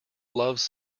loves